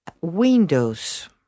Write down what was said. windows